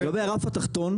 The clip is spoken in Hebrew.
לגבי הרף התחתון,